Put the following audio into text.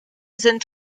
sind